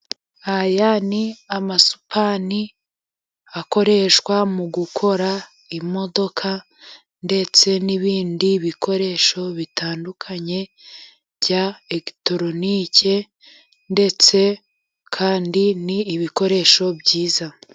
Aya ni amasupani akoreshwa mu gukora imodoka ndetse n'ibindi bikoresho bitandukanye bya eregitoronike ndetse kandi ni ibikoresho byiza.